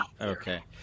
okay